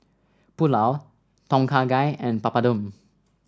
Pulao Tom Kha Gai and Papadum